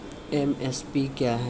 MSP क्या है?